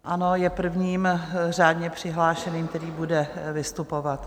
Ano, je prvním řádně přihlášeným, který bude vystupovat.